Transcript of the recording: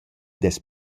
dess